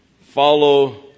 follow